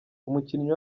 umukinnyi